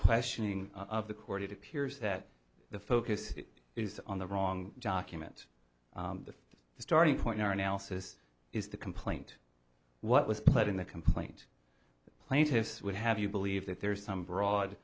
questioning of the court it appears that the focus is on the wrong document the starting point in our analysis is the complaint what was played in the complaint plaintiffs would have you believe that there is some broad